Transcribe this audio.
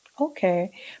Okay